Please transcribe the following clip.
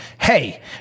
Hey